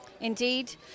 Indeed